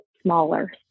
smaller